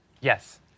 Yes